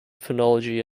phonology